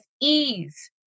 ease